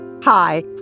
Hi